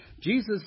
Jesus